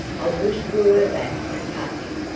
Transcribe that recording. i wish we were back at putney.